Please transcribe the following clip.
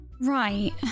Right